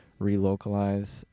relocalize